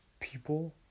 people